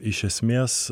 iš esmės